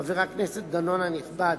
חבר הכנסת דנון הנכבד,